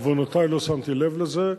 ובעוונותי לא שמתי לב לזה,